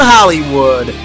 Hollywood